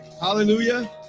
hallelujah